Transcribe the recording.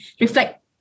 reflect